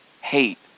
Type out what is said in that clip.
hate